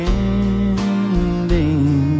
ending